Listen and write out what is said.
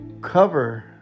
cover